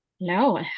No